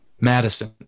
Madison